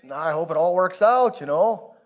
and i hope it all works out, you know.